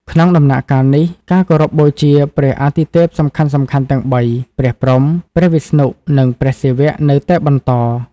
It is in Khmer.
ក្នុងដំណាក់កាលនេះ ការគោរពបូជាព្រះអាទិទេពសំខាន់ៗទាំងបី ព្រះព្រហ្ម ព្រះវិស្ណុ និងព្រះសិវៈ នៅតែបន្ត។